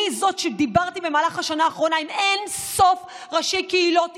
אני זו שדיברה במהלך השנה האחרונה עם אין-סוף ראשי קהילות,